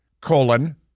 colon